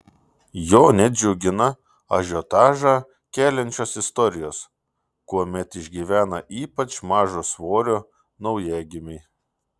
jo nedžiugina ažiotažą keliančios istorijos kuomet išgyvena ypač mažo svorio naujagimiai